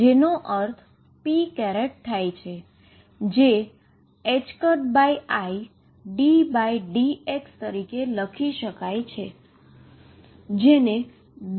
જેન્નો અર્થ p થાય છે કે જે iddx લખી શકાય છે